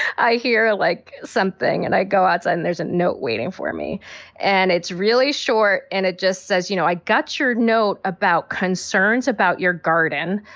i hear like something and i go outside and there's a note waiting for me and it's really short. and it just says, you know, i got your note about concerns about your garden.